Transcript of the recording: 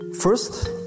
First